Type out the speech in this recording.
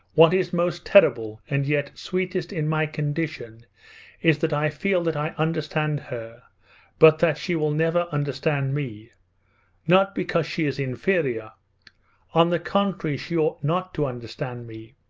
what is most terrible and yet sweetest in my condition is that i feel that i understand her but that she will never understand me not because she is inferior on the contrary she ought not to understand me.